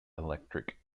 electric